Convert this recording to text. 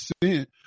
percent